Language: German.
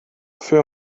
für